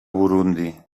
burundi